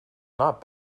not